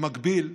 במקביל,